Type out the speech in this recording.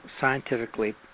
scientifically